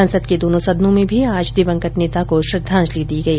संसद के दोनों सदनों में भी आज दिवंगत नेता को श्रद्धाजलि दी गई